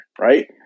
Right